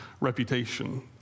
reputation